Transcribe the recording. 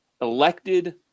elected